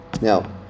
Now